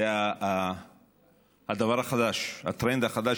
אנחנו רוצים שהמשטרה תפענח ותמנע מעשי רצח ותאסוף נשק.